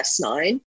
S9